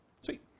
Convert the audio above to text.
Sweet